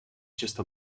just